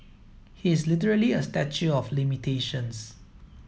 he is literally a statue of limitations